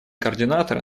координатора